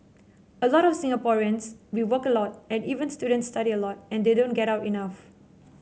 a lot of Singaporeans we work a lot and even students study a lot and they don't get out enough